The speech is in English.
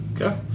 Okay